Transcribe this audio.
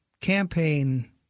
campaign